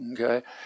Okay